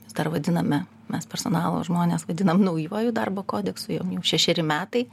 mes dar vadiname mes personalo žmonės vadinam naujuoju darbo kodeksu jau jau šešeri metai